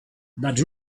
but